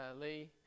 Lee